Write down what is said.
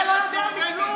אתה לא יודע מכלום.